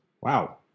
Wow